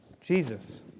Jesus